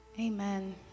Amen